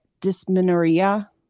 dysmenorrhea